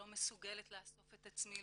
לא מסוגלת לאסוף את עצמי,